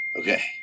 Okay